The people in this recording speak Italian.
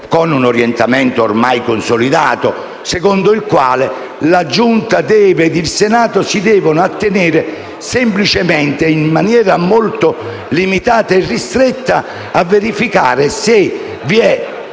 con quell'orientamento, ormai consolidato, secondo il quale la Giunta del Senato deve attenersi semplicemente, in maniera molto limitata e ristretta, a verificare se vi è o